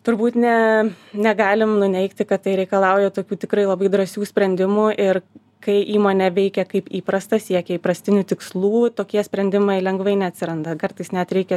turbūt ne negalim nuneigti kad tai reikalauja tokių tikrai labai drąsių sprendimų ir kai įmonė veikia kaip įprasta siekia įprastinių tikslų tokie sprendimai lengvai neatsiranda kartais net reikia